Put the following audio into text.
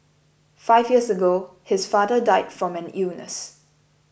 five years ago his father died from an illness